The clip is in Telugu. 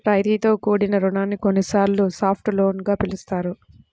రాయితీతో కూడిన రుణాన్ని కొన్నిసార్లు సాఫ్ట్ లోన్ గా పిలుస్తారు